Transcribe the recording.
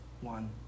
one